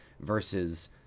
versus